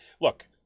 look